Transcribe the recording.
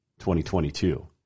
2022